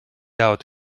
out